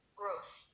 growth